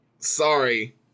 Sorry